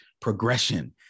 progression